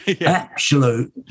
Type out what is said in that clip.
Absolute